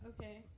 Okay